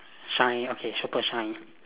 shine okay super shine